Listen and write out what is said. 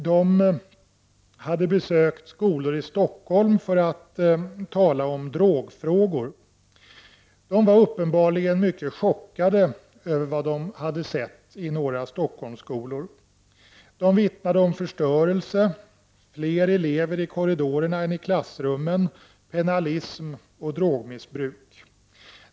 De hade besökt skolor i Stockholm för att tala om drogfrågor, och de var uppenbarligen mycket chockade över vad de hade sett i några Stockholmsskolor. De vittnade om förstörelse, fler elever i korridorerna än i klassrummen, pennalism och drogmissbruk.